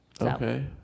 Okay